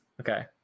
okay